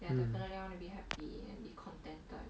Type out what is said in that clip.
like definitely I wanna be happy and be contented